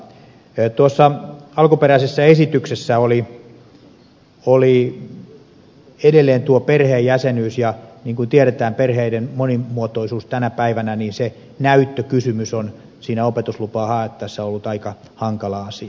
tuossa alkuperäisessä esityksessä oli edelleen tuo perheenjäsenyys ja kun tiedetään perheiden monimuotoisuus tänä päivänä niin se näyttökysymys on siinä opetuslupaa haettaessa ollut aika hankala asia